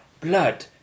blood